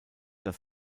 das